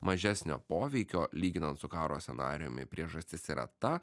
mažesnio poveikio lyginant su karo scenarijumi priežastis yra ta